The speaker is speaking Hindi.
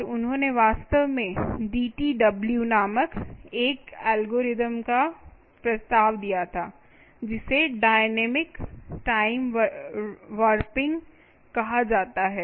और उन्होंने वास्तव में डीटीडब्ल्यू नामक एक एल्गोरिथ्म का प्रस्ताव दिया था जिसे डायनेमिक टाइम वारपिंग कहा जाता है